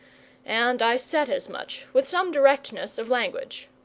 and i said as much, with some directness of language.